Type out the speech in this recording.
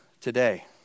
today